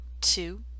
two